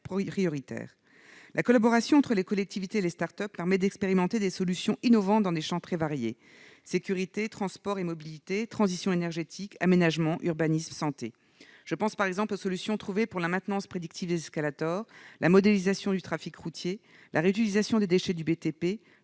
prioritaires. La collaboration entre les collectivités territoriales et les start-up permet d'expérimenter des solutions innovantes dans des champs très variés : sécurité, transports et mobilité, transition énergétique, aménagement, urbanisme, santé ... Je pense par exemple à la maintenance prédictive des escalators, à la modélisation du trafic routier, à la réutilisation des déchets du BTP,